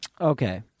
Okay